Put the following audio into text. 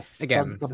Again